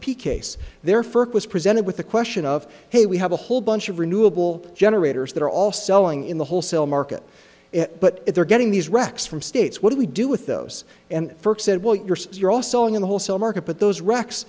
case their first was presented with a question of hey we have a whole bunch of renewable generators that are all selling in the wholesale market but if they're getting these rocks from states what do we do with those and said well you're you're also in the wholesale market but those racks